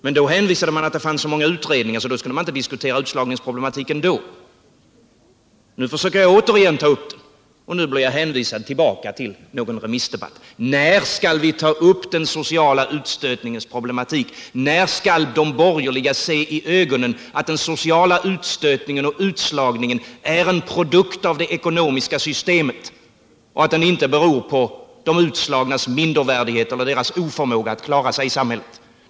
Men då hänvisade man till att det fanns så många utredningar på området att utslagningsproblematiken inte skulle diskuteras vid det tillfället. Nu försöker jag återigen ta upp den och blir hänvisad tillbaka till remissdebatten. När skall vi ta upp den sociala utstötningens problematik och när skall de borgerliga se i ögonen att den sociala utstötningen och utslagningen är en produkt av det ekonomiska systemet och inte beror på de utslagnas mindervärdighet eller oförmåga att klara sig i samhället?